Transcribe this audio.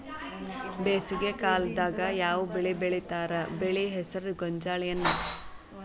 ಬೇಸಿಗೆ ಕಾಲದಾಗ ಯಾವ್ ಬೆಳಿ ಬೆಳಿತಾರ, ಬೆಳಿ ಹೆಸರು ಗೋಂಜಾಳ ಏನ್?